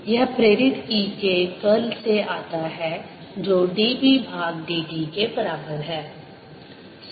यह प्रेरित E के कर्ल से आता है जो d B भाग d t के बराबर है